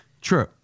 True